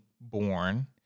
born